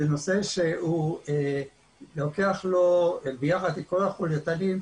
זה נושא שלוקח לו ביחד עם כל החולייתנים,